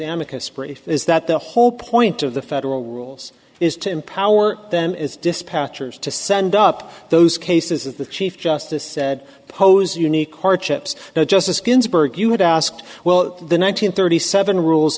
sprit is that the whole point of the federal rules is to empower them is dispatchers to send up those cases the chief justice said pose unique hardships now justice ginsburg you had asked well the nine hundred thirty seven rules